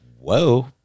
Whoa